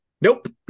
Nope